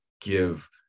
give